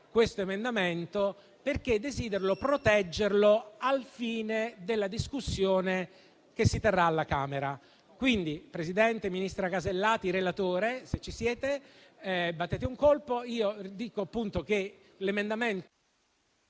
di ritirarlo, perché desidero proteggerlo al fine della discussione che si terrà alla Camera.